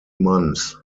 months